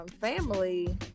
family